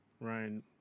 Ryan